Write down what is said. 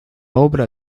obra